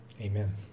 Amen